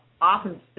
often